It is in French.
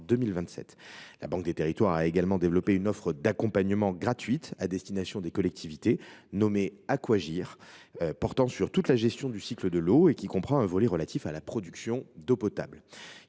La Banque des territoires a également développé une offre d’accompagnement gratuite à destination des collectivités, nommée Aquagir. Celle ci porte sur toute la gestion du cycle de l’eau et comprend un volet relatif à la production d’eau potable.